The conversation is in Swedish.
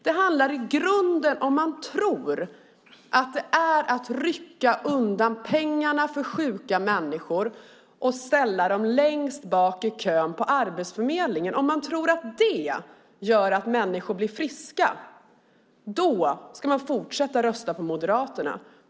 Om man tror att det som gör att människor blir friska är att rycka undan pengarna för sjuka människor och ställa dem längst bak i kön på Arbetsförmedlingen ska man fortsätta att rösta på Moderaterna.